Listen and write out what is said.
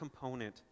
component